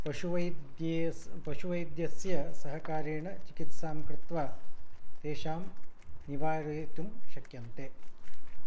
पशु वै द्येस् पशुवैद्यस्य सहकारेण चिकित्सां कृत्वा तेषां निवारयितुं शक्यन्ते